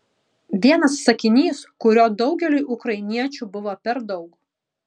vienas sakinys kurio daugeliui ukrainiečių buvo per daug